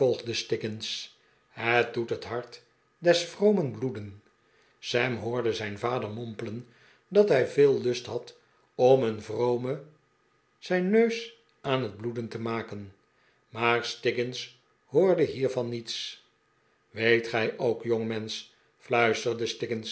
het doet het hart des vromen bloeden sam hoorde zijn vader mompelen dat hij veel lust had om een vrome zijn neus aan het bloeden te maken maar stiggins hoorde hiervan niets weet gij ook jongmensch fluisterde